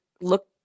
look